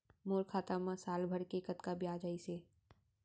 मोर खाता मा साल भर के कतका बियाज अइसे?